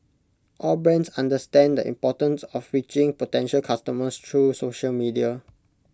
all brands understand the importance of reaching potential customers through social media